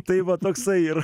tai va toksai ir